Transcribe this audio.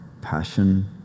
passion